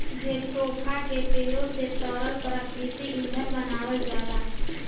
jatropha के पेड़े से तरल प्राकृतिक ईंधन बनावल जाला